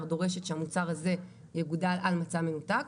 דורשת שהמוצר הזה יגודל על מצע מנותק.